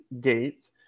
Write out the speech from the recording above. gate